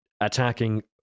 attacking